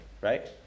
right